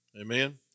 Amen